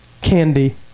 candy